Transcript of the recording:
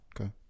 Okay